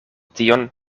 tion